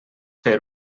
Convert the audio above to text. fer